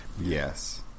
yes